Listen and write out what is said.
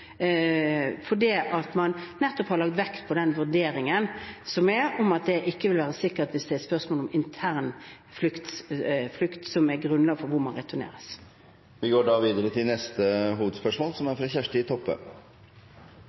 fordi man nettopp har lagt vekt på vurderingen om at dette ikke vil være sikkert hvis det er et spørsmål om internflukt som er grunnlag for hvor man returneres. Vi går da videre til neste hovedspørsmål.